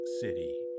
city